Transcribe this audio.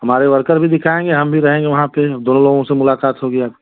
हमारे वर्कर भी दिखाएँगे हम भी रहेंगे वहाँ पर दोनों लोगों से मुलाकात होगी आपकी